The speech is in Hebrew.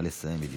גם של ירדן.